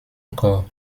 encore